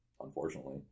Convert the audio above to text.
unfortunately